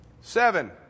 Seven